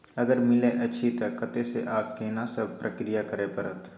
अगर मिलय अछि त कत्ते स आ केना सब प्रक्रिया करय परत?